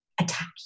attack